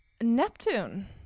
Neptune